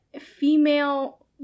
female